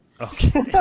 Okay